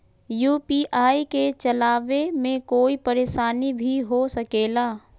UPI के चलावे मे कोई परेशानी भी हो सकेला?